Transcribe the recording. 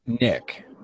Nick